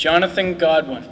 jonathan god one